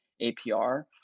APR